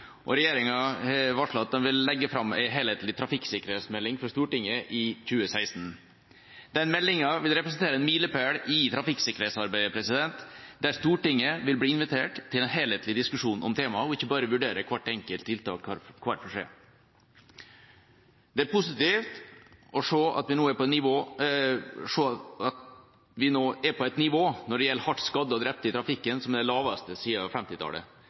arbeidet. Regjeringa har varslet at den vil legge fram en helhetlig trafikksikkerhetsmelding for Stortinget i 2016. Den meldinga vil representere en milepæl i trafikksikkerhetsarbeidet, og Stortinget vil bli invitert til en helhetlig diskusjon om temaet og ikke bare vurdere hvert enkelt tiltak for seg. Det er positivt å se at vi nå er på et nivå når det gjelder hardt skadde og drepte i trafikken, som er det laveste